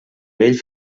vell